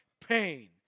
pain